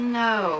no